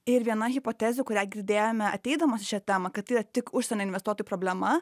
ir viena hipotezių kurią girdėjome ateidamos į šią temą kad tai yra tik užsienio investuotojų problema